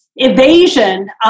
evasion